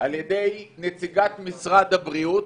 על ידי נציגת משרד הבריאות,